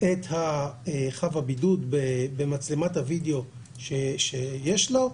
את חב הבידוד במצלמת הווידאו שיש לו.